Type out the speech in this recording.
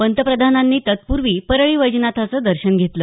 पंतप्रधानांनी तत्पूर्वी परळी वैजनाथाचं दर्शन घेतलं